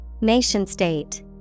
Nation-state